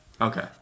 Okay